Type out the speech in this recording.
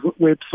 website